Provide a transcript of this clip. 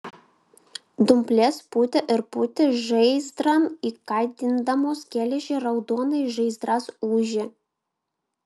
dumplės pūtė ir pūtė žaizdran įkaitindamos geležį raudonai žaizdras ūžė